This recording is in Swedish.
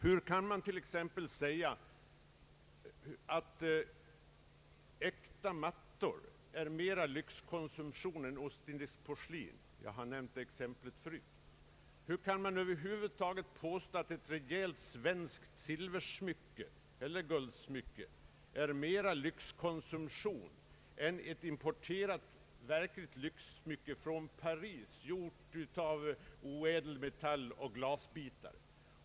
Har t.ex. äkta mattor mera av lyxkaraktär än ostindiskt porslin? Kan man påstå att ett rejält svenskt silvereller guldsmycke är mera av lyxkonsumtion än ett importerat lyxsmycke från Paris, gjort av oädel metall och glasbitar.